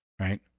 Right